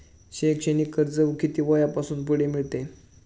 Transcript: शैक्षणिक कर्ज किती वयापासून पुढे मिळते?